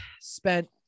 spent